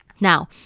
Now